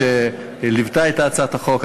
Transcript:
שליוו את הצעת החוק,